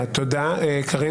נקודה קטנה.